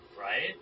Right